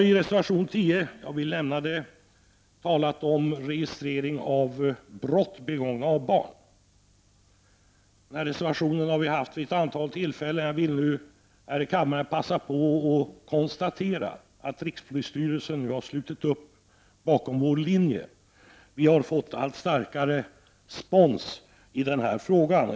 I reservation nr 10 tar vi upp frågan om registrering av brott begångna av barn. Denna reservation har vi avgivit vid ett antal tillfällen. Jag vill passa på att konstatera att rikspolisstyrelsen nu har slutit upp bakom vår linje och att vi har fått en allt starkare respons.